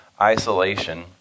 isolation